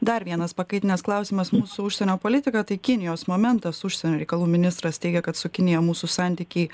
dar vienas pakaitinęs klausimas mūsų užsienio politiką tai kinijos momentas užsienio reikalų ministras teigia kad su kinija mūsų santykiai